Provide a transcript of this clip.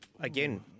again